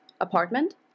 apartment